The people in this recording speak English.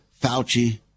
Fauci